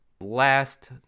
last